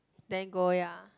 then go ya